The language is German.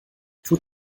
tut